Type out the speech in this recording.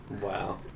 Wow